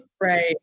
Right